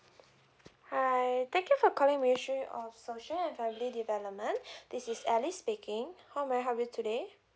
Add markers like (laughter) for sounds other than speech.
hi thank you for calling ministry of social and family development (breath) this is alice speaking how may I help you today